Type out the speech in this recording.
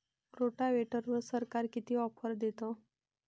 रोटावेटरवर सरकार किती ऑफर देतं?